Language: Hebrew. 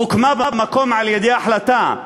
הוקמה במקום על-ידי החלטה,